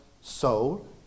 soul